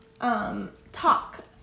talk